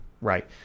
Right